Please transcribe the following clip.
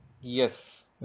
Yes